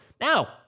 Now